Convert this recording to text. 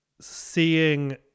seeing